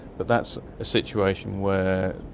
but that's a situation where.